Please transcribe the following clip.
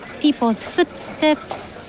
people's footsteps,